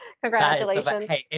Congratulations